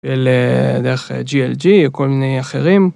אלה דרך GLG או כל מיני אחרים.